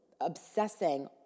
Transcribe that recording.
obsessing